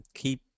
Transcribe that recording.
keep